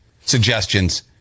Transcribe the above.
suggestions